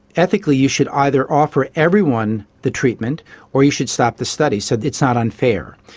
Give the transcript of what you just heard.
ethically you should either offer everyone the treatment or you should stop the study so it's not unfair.